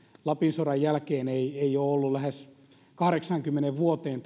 lapin sodan jälkeen lähes kahdeksaankymmeneen vuoteen